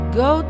go